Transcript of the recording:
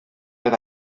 oedd